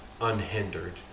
unhindered